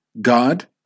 God